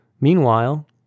Meanwhile